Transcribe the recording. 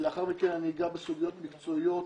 ולאחר מכן אגע בסוגיות מקצועיות